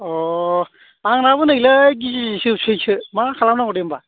अ' आंनाबो नैलै गिजिजोबसैसो मा खालाम नांगौ दे होमबा